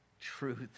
truth